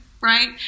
right